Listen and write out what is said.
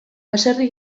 baserri